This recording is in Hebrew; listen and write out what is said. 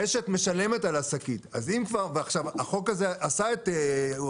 הרשת משלמת על השקית, החוק הזה עשה את שלו,